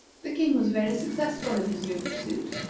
the king was very successful in his new pursuit,